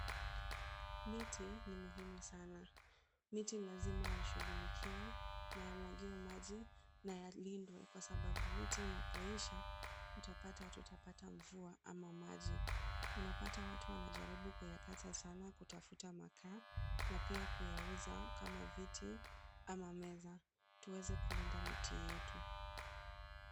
Miti ni muhimu sana. Miti lazima yashughulikiwe na yamwagiwe maji na yalindwe kwa sababu miti inapoisha utapata hatutapata mvua ama maji. Unapata watu wanajaribu kuyakata sana kutafuta makaa na pia kuyauza kama viti ama meza. Tuweze kulinda miti yetu.